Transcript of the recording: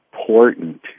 important